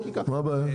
מה הבעיה?